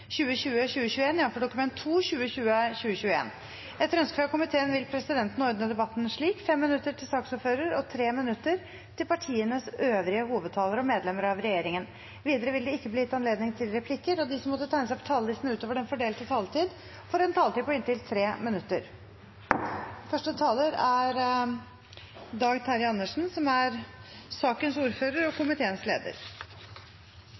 minutter til de øvrige partienes hovedtalere og medlemmer av regjeringen. Videre vil det ikke bli gitt anledning til replikker, og de som måtte tegne seg på talerlisten utover den fordelte taletid, får en taletid på inntil 3 minutter. Riksrevisjonens årsrapport er også en sak som,